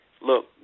look